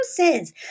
houses